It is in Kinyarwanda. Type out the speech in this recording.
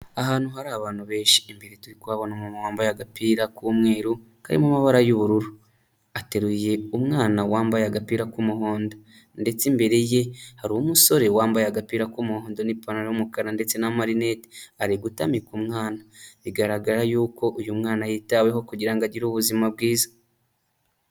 Ahantu hari abantu benshi imbere turi kuhabona umuntu wambaye agapira k'umweru karimo amabara y'ubururu ,ateruye umwana wambaye agapira k'umuhondo ndetse imbere ye hari umusore wambaye agapira k'umuhondo n’ipantaro y'umukara ndetse n’amarineti ari gutamika umwana bigaragara yuko uyu mwana yitaweho kugira ngo agire ubuzima bwiza.